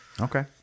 okay